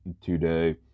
today